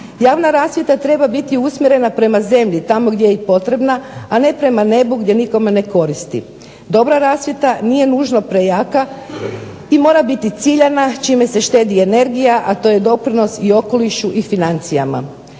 Javna rasvjeta treba biti usmjerena prema zemlji tamo gdje je potrebna a ne prema nebu gdje nikome ne koristi. Dobra rasvjeta nije nužno prejaka i mora biti ciljana čim se štedi energija a to je doprinos i okolišu i financijama.